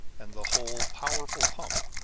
and the whole powerful pump,